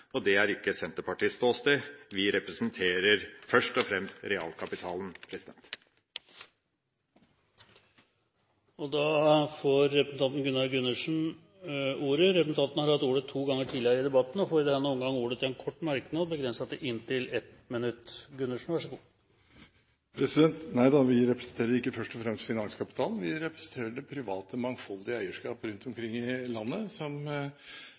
finanskapitalen. Det er ikke Senterpartiets ståsted; vi representerer først og fremst realkapitalen. Representanten Gunnar Gundersen har hatt ordet to ganger tidligere og får ordet til en kort merknad, begrenset til 1 minutt. Nei da, vi representerer ikke først og fremst finanskapitalen; vi representerer det private, mangfoldige eierskap rundt omkring i landet som